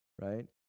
right